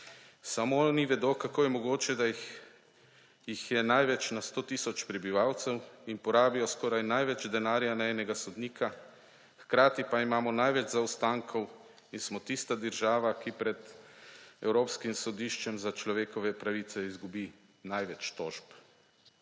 Samo oni vedo, kako je mogoče, da jih je največ na sto tisoč prebivalcev in porabijo skoraj največ denarja na enega sodnika, hkrati pa imamo največ zaostankov in smo tista država, ki pred Evropskim sodiščem za človekove pravice izgubi največ tožb.